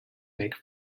make